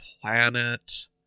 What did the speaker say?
planet